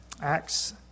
Acts